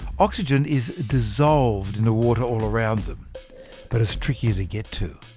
oxygen is dissolved in the water all around them but it's trickier to get to.